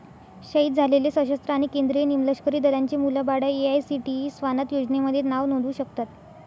शहीद झालेले सशस्त्र आणि केंद्रीय निमलष्करी दलांचे मुलं बाळं ए.आय.सी.टी.ई स्वानथ योजनेमध्ये नाव नोंदवू शकतात